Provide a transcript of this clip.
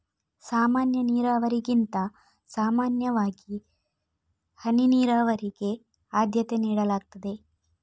ಸಾಮಾನ್ಯ ನೀರಾವರಿಗಿಂತ ಸಾಮಾನ್ಯವಾಗಿ ಹನಿ ನೀರಾವರಿಗೆ ಆದ್ಯತೆ ನೀಡಲಾಗ್ತದೆ